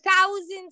thousands